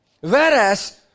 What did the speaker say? Whereas